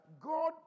God